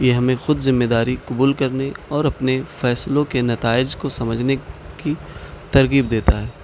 یہ ہمیں خود ذمہ داری قبول کرنے اور اپنے فیصلوں کے نتائج کو سمجھنے کی ترغیب دیتا ہے